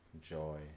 joy